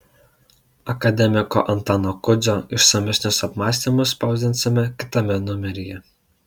akademiko antano kudzio išsamesnius apmąstymus spausdinsime kitame numeryje